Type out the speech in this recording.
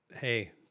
hey